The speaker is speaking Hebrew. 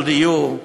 של דיור,